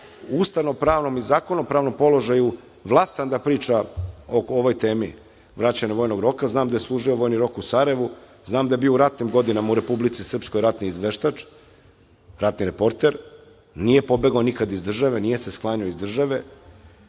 je ustavnopravnom i zakonopravnom položaju vlastan da priča o ovoj temi vraćanja vojnog roka. Znam da je služio vojni rok u Sarajevu, znam da je bio u ratnim godina u Republici Srpskoj ratni izveštač, ratni reporter, nije pobegao nikada iz države, nije se sklanjao iz države.